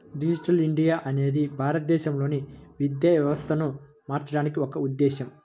digital India అనేది భారతదేశంలోని విద్యా వ్యవస్థను మార్చడానికి ఒక ఉద్ధేశం